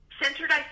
centered